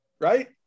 right